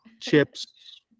chips